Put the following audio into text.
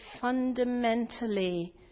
fundamentally